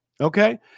Okay